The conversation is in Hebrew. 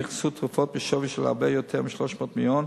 נכנסו תרופות בשווי של הרבה יותר מ-300 מיליון.